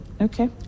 Okay